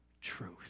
truth